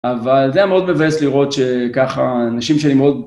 אבל זה היה מאוד מבאס לראות שככה, אנשים שאני מאוד...